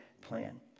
plan